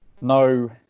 No